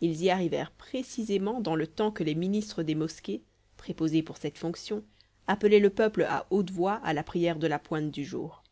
ils y arrivèrent précisément dans le temps que les ministres des mosquées préposés pour cette fonction appelaient le peuple à haute voix à la prière de la pointe du jour